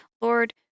Lord